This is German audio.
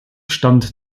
stand